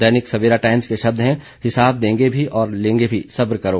दैनिक Savera Times के शब्द हैं हिसाब देंगे भी और लेंगे भी सब्र करो